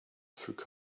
through